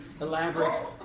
elaborate